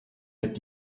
mit